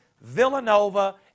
Villanova